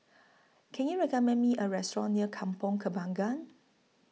Can YOU recommend Me A Restaurant near Kampong Kembangan